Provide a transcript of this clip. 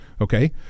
Okay